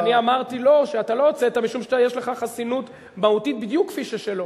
ואני אמרתי שאתה לא הוצאת משום שיש לך חסינות מהותית בדיוק כפי שיש לו.